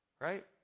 Right